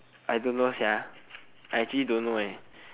I don't know actually don't know